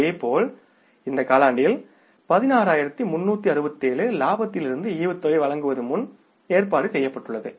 இதேபோல் இந்த காலாண்டில் 16367 லாபத்திலிருந்து டிவிடெண்ட் வழங்குவதாக முன் ஏற்பாடு செய்யப்பட்டுள்ளது